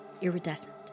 iridescent